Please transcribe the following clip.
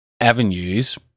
avenues